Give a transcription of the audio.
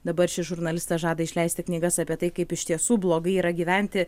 dabar šis žurnalistas žada išleisti knygas apie tai kaip iš tiesų blogai yra gyventi